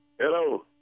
Hello